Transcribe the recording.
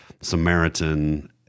Samaritan